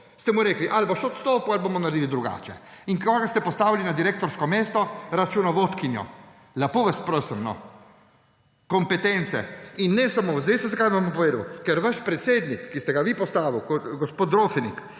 Ste mu rekli: »Ali boš odstopil ali bomo naredili drugače.« In koga ste postavili na direktorsko mesto? Računovodkinjo. Lepo vas prosim! Kompetence. Vam bom povedal, ker vaš predsednik, ki ste ga vi postavili, gospod Drofenik,